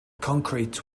concrete